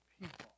people